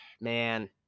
man